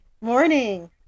Morning